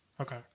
Okay